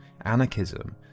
anarchism